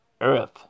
earth